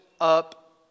up